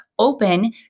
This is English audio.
open